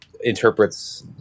interprets